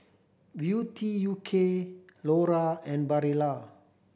Beauty U K Lora and Barilla